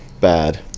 bad